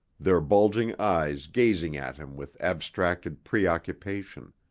their bulging eyes gazing at him with abstracted preoccupation.